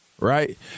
right